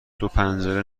دوپنجره